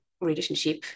relationship